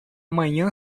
manhã